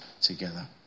together